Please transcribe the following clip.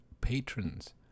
patrons